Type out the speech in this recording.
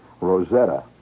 Rosetta